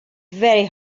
very